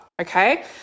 Okay